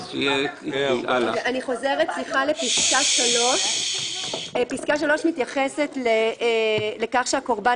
אני חוזרת לפסקה 3. פסקה 3 מתייחסת לכך שהקורבן